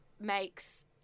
makes